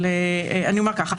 אבל אני אומר כך: